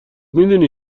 میدونی